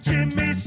Jimmy